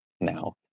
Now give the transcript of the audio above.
now